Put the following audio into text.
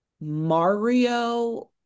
Mario